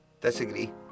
disagree